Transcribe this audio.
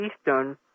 Eastern